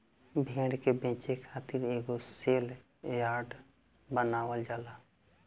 भेड़ के बेचे खातिर एगो सेल यार्ड बनावल जाला